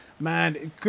man